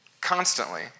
constantly